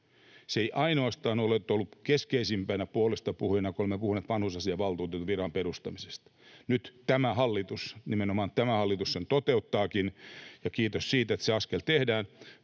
Se ei ainoastaan nyt ole ollut keskeisimpänä puolestapuhujana, kun olemme puhuneet vanhusasiainvaltuutetun viran perustamisesta. Nyt tämä hallitus, nimenomaan tämä hallitus, sen toteuttaakin, ja kiitos siitä, että se askel tehdään.